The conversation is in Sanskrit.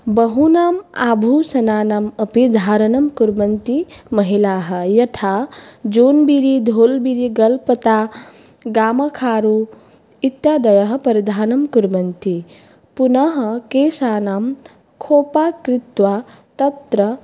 बहूनाम् आभूषणानाम् अपि धारणं कुर्वन्ति महिलाः यथा जुन्बिरी धोल्बिरी गल्पता गामखारु इत्यादयः परिधानं कुर्वन्ति पुनः केशानां खोपा कृत्वा तत्र